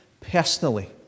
personally